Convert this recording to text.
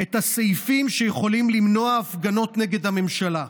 את הסעיפים שיכולים למנוע הפגנות נגד הממשלה.